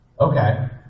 Okay